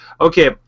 Okay